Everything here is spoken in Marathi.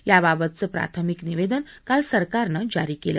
याबाबतचं प्राथमिक निवेदन काल सरकारनं जारी केलं